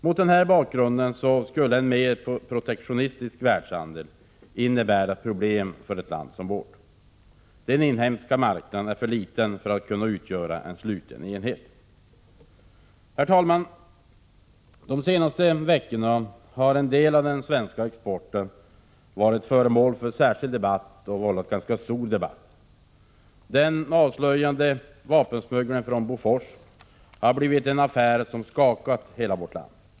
Mot denna bakgrund skulle en mer protektionistisk världshandel innebära problem för ett land som vårt. Den inhemska marknaden är för liten för att kunna utgöra en sluten enhet. Herr talman! Under de senaste veckorna har en del av den svenska exporten varit föremål för och vållat en ganska stor debatt. Den avslöjade vapensmugglingen från Bofors har blivit en ”affär” som skakat vårt land.